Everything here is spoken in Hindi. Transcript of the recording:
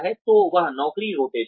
तो वह नौकरी रोटेशन है